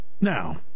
Now